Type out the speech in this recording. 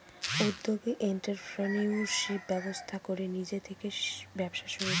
উদ্যোগী এন্ট্ররপ্রেনিউরশিপ ব্যবস্থা করে নিজে থেকে ব্যবসা শুরু করে